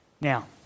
Now